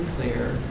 clear